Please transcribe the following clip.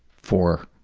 for